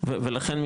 ולכן,